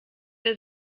der